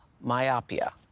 myopia